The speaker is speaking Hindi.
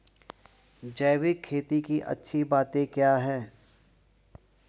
जैविक खेती की अच्छी बातें क्या हैं?